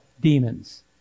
demons